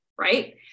Right